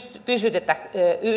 pidetä